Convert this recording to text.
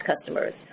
customers